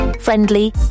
friendly